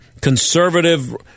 conservative